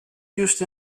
used